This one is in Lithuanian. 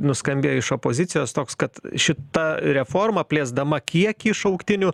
nuskambėjo iš opozicijos toks kad šita reforma plėsdama kiekį šauktinių